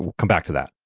come back to that.